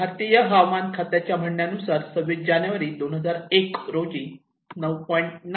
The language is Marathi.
भारतीय हवामान खात्याच्या म्हणण्यानुसार 26 जानेवारी 2001 रोजी 9